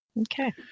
Okay